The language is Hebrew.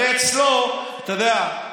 הרי אצלו, אתה יודע,